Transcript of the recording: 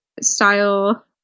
style